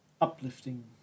uplifting